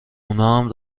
اونام